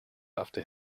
after